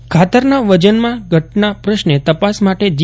C ખાતરના વજનમાં ઘટના પ્રશ્ને તપાસ માટે જી